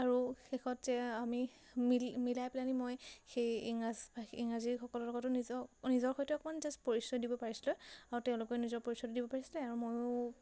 আৰু শেষত আমি মিলি মিলাই পেলানি মই সেই ইংৰাজ ইংৰাজীসকলৰ লগতো নিজৰ নিজৰ হয়তো অকণমান জাষ্ট পৰিচয় দিব পাৰিছিলোঁ আৰু তেওঁলোকেও নিজৰ পৰিচয়টো দিব পাৰিছিলে আৰু ময়ো